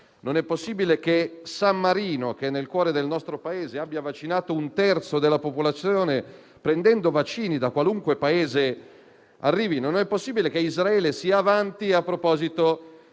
non è possibile che San Marino, nel cuore del nostro Paese, abbia vaccinato un terzo della popolazione, prendendo vaccini da qualunque Paese. Non è possibile che Israele sia avanti. A proposito,